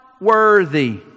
worthy